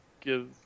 give